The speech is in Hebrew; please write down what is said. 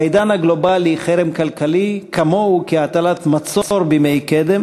בעידן הגלובלי חרם כלכלי כמוהו כהטלת מצור בימי קדם.